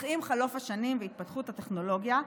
אך עם חלוף השנים והתפתחות הטכנולוגיה,